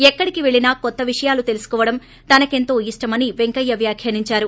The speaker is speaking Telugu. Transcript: ఎక్కడికి పెల్లినా కొత్త విషయాలు తెలుసుకోవడం తనకెంతో ఇష్టమని పెంకయ్య వ్యాఖ్యానించారు